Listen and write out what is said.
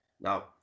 Now